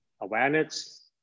awareness